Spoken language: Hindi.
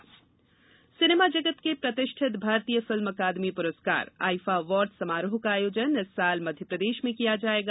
आईफा समारोह सिनेमा जगत के प्रतिष्ठित भारतीय फिल्म अकादमी पुरस्कार आईफा अवॉर्ड्स समारोह का आयोजन इस वर्ष मध्यप्रदेश में किया जाएगा